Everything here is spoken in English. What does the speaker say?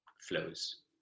flows